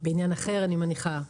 בעניין אחר, אני מניחה.